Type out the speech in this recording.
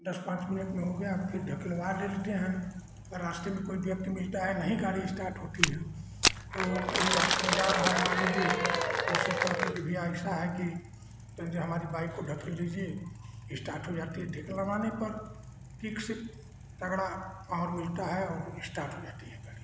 दस पाँच मिनट में हो गया फिर ढकेलवा ले लेते हैं अगर रास्ते में कोई व्यक्ति मिलता है नहीं गाड़ी इस्टार्ट होती है तो कोई यात्री जा रहा है मान लीजिए तो उससे कहकर की भैया ऐसा है कि जो हमारी बाइक को ढकेल दीजिए इस्टार्ट हो जाती है ढकेलवाने पर किक से तगड़ा पावर मिलता है और इस्टार्ट हो जाती है गाड़ी